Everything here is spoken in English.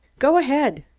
go ahead!